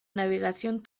navegación